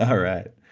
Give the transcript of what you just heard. all right.